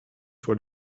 voor